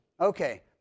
Okay